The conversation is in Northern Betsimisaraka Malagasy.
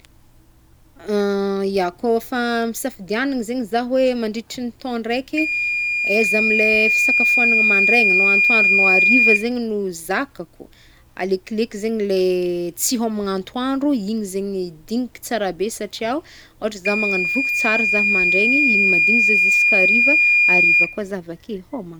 Ia kôfa ampisafiagnagna zegny zah hoe mandritry ny taogno raiky, aiza am leh fisakafoagnagna mandraigna no antoandro no ariva zegny no zakako? Alekoleko zegny le tsy hômagna antoandro, igny zegny digniko tsara be satria o ôhatra zah mangano voky tsara zah mandreigny, iny mahadigna zah zisk'ariva, ariva koa zah avake hômagna.